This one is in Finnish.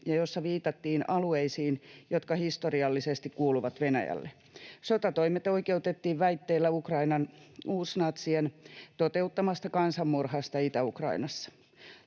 ja jossa viitattiin alueisiin, jotka historiallisesti kuuluvat Venäjälle. Sotatoimet oikeutettiin väitteellä Ukrainan uusnatsien toteuttamasta kansanmurhasta Itä-Ukrainassa.